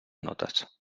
notes